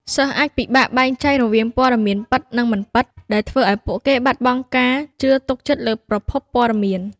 សិស្សអាចពិបាកបែងចែករវាងព័ត៌មានពិត និងមិនពិត ដែលធ្វើឲ្យពួកគេបាត់បង់ការជឿទុកចិត្តលើប្រភពព័ត៌មាន។